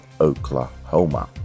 Oklahoma